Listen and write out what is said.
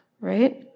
right